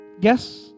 Guess